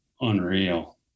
unreal